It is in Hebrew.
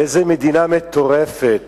באיזה מדינה מטורפת